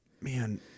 man